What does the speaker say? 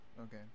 Okay